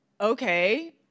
okay